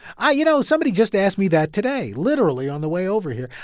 i you know, somebody just asked me that today, literally on the way over here.